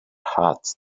hatched